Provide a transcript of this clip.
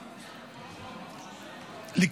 הראשון,